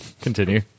Continue